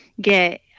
get